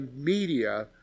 media